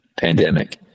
pandemic